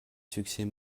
succès